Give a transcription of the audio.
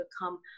become